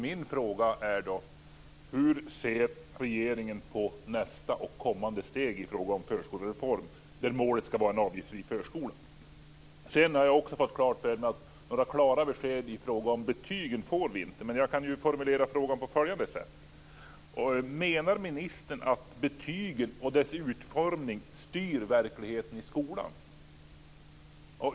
Min fråga är därför: Hur ser regeringen på nästa och kommande steg i fråga om förskolereformen, där målet ska vara en avgiftsfri förskola? Sedan har jag också fått klart för mig att vi inte får några klara besked i fråga om betygen. Men jag kan ju formulera frågan på följande sätt: Menar ministern att betygen och deras utformning styr verkligheten i skolan?